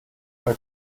bei